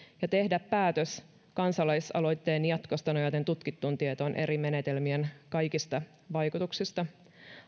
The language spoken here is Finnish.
ja tehdä päätös kansalaisaloitteen jatkosta nojaten tutkittuun tietoon eri menetelmien kaikista vaikutuksista